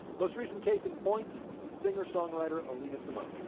most recent case in point singer songwriter alina simone.